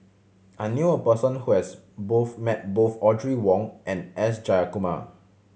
I knew a person who has both met both Audrey Wong and S Jayakumar